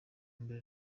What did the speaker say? mbere